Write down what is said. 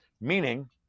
meaning